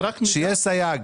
שיהיה סייג.